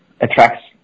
attracts